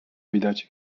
widać